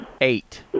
eight